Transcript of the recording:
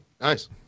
nice